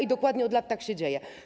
I dokładnie od lat tak się dzieje.